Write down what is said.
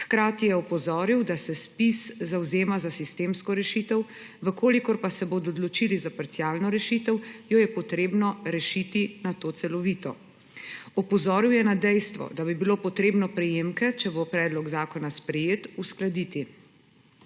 Hkrati je opozoril, da se ZPIZ zavzema za sistemsko rešitev, če pa se bodo odločili za parcialno rešitev, jo je nato potrebno rešiti celovito. Opozoril je na dejstvo, da bi bilo potrebno prejemke, če bo predlog zakona sprejet, uskladiti.